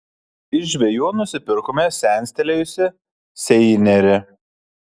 iš žvejų nusipirkome senstelėjusį seinerį